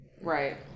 Right